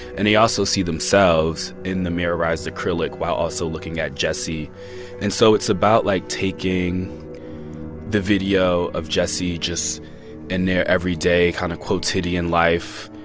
and they also see themselves in the mirrorized acrylic while also looking at jesse and so it's about, like, taking the video of jesse just in their everyday kind of quotidian life,